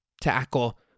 tackle